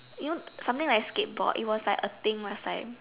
you know something like a skateboard it was like a thing last time